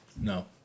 No